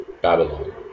Babylon